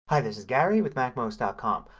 hi, this is gary with macmost ah com.